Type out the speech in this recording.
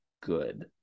good